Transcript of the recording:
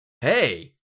hey